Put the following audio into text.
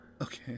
Okay